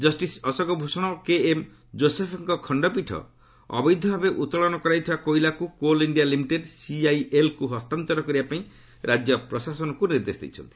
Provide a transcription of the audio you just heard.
justice Ashok Bhushan ଓ K ଜୋଶେଫ୍ଙ୍କ ଖଣ୍ଡପୀଠ ଅବୈଧଭାବେ ଉତ୍ତୋଳନ କରାଯାଇଥିବା କୋଇଲାକୁ କୋଲ୍ ଇଣ୍ଡିଆ ଲିମିଟେଡ୍ ସିଆଇଏଲ୍କୁ ହସ୍ତାନ୍ତର କରିବାପାଇଁ ରାଜ୍ୟ ପ୍ରଶାସନକୁ ନିର୍ଦ୍ଦେଶ ଦେଇଛନ୍ତି